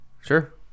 Sure